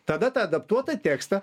tada tą adaptuotą tekstą